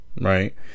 right